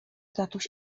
tatuś